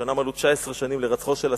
השנה מלאו 19 שנים להירצחו של הסבא.